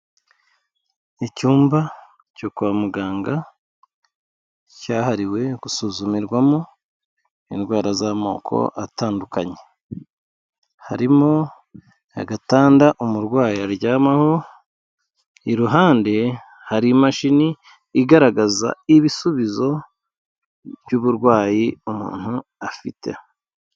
Icyumba cyo kwa muganga cyahariwe gusuzumirwamo indwara z'amoko atandukanye. Harimo agatanda umurwayi aryamaho, iruhande hari imashini igaragaza ibisubizo by'uburwayi umuntu afite.